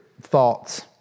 thoughts